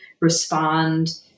respond